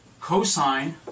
cosine